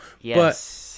yes